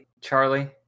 Charlie